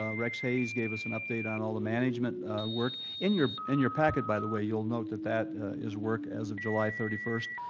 ah rex hays gave us an update on all the management work. in your in your packet, by the way, you'll note that that is work as of july thirty first.